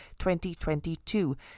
2022